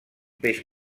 peix